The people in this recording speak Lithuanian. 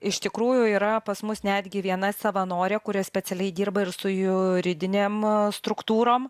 iš tikrųjų yra pas mus netgi viena savanorė kuri specialiai dirba ir su juridinėm struktūrom